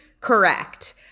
Correct